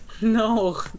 no